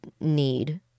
need